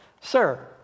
Sir